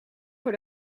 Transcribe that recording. voor